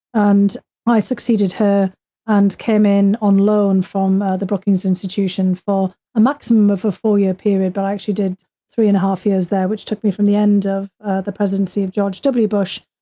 and i succeeded her and came in on loan from the brookings institution for a maximum of a four-year period, but actually did three and a half years there, which took me from the end of ah the presidency of george w. bush,